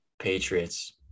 Patriots